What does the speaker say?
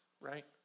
right